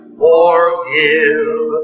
forgive